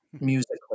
musically